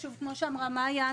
כמו שאמרה מאיה,